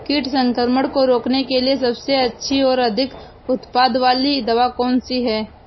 कीट संक्रमण को रोकने के लिए सबसे अच्छी और अधिक उत्पाद वाली दवा कौन सी है?